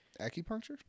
Acupuncture